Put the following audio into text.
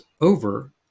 over